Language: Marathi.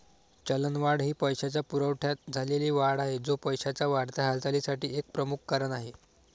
चलनवाढ ही पैशाच्या पुरवठ्यात झालेली वाढ आहे, जो पैशाच्या वाढत्या हालचालीसाठी एक प्रमुख कारण आहे